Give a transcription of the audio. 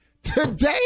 Today